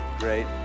great